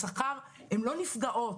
הן לא נפגעות.